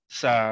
sa